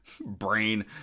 brain